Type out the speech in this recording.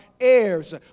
heirs